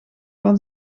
van